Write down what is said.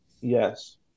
Yes